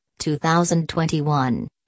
2021